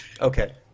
Okay